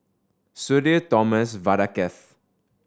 Sudhir Thomas Vadaketh